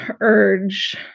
urge